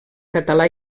català